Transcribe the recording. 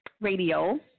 Radio